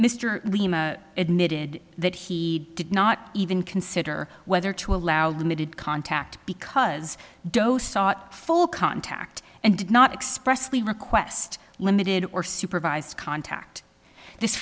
mr lima admitted that he did not even consider whether to allow limited contact because doe sought full contact and did not express the request limited or supervised contact this